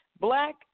Black